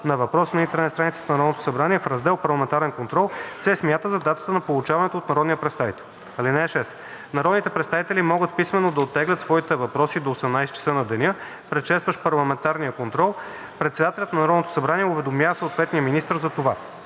на въпроса на интернет страницата на Народното събрание в раздел „Парламентарен контрол“ се смята за дата на получаването от народния представител. (6) Народните представители могат писмено да оттеглят своите въпроси до 18,00 ч. на деня, предшестващ парламентарния контрол. Председателят на Народното събрание уведомява съответния министър за това.